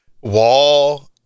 Wall